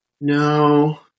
No